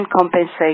compensation